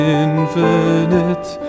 infinite